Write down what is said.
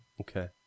Okay